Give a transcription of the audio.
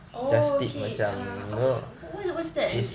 oh okay uh apa tu wha~ what's that